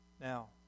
Now